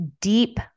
deep